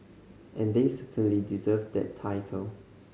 and they certainly deserve that title